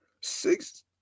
Six